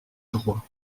droit